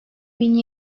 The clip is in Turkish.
bin